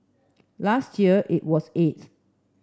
last year it was eighth